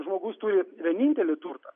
žmogus turi vienintelį turtą